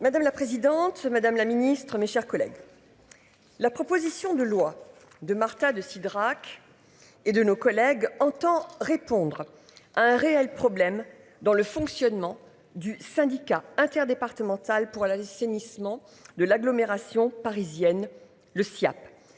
Madame la présidente Madame la Ministre, mes chers collègues. La proposition de loi de Marta de Cidrac et de nos collègues entend répondre à un réel problème dans le fonctionnement du Syndicat interdépartemental pour la liste hennissement de l'agglomération parisienne. Le Siaap